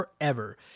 forever